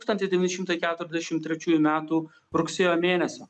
tūkstantis devyni šimtai keturiasdešim trečiųjų metų rugsėjo mėnesio